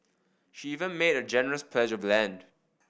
she even made a generous pledge of land